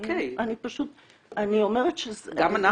אני אומרת ש --- גם אנחנו,